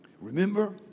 Remember